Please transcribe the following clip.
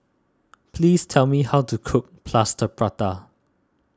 please tell me how to cook Plaster Prata